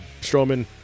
Strowman